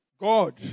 God